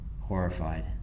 horrified